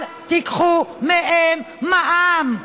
אל תיקחו מהם מע"מ.